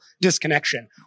disconnection